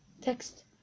Text